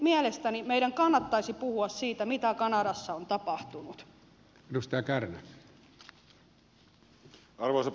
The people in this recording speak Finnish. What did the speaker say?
mielestäni meidän kannattaisi puhua siitä mitä kanadassa on tapahtunut